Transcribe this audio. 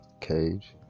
cage